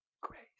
Grace